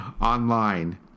online